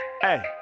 hey